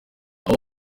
aho